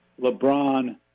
LeBron